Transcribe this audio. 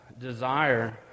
desire